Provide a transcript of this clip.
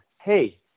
hey